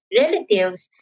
relatives